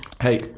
Hey